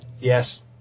Yes